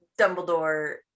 Dumbledore